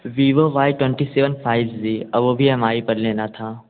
Vivo Y twenty seven five G और वो भी ई एम आई पर लेना था